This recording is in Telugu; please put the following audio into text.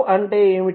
అంటే ఏమిటి